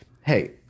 Hey